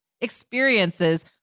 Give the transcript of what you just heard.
experiences